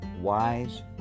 wise